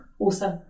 Awesome